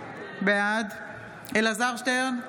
בעד אלעזר שטרן,